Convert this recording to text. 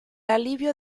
alivio